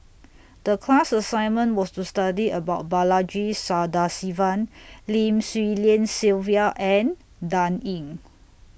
The class assignment was to study about Balaji Sadasivan Lim Swee Lian Sylvia and Dan Ying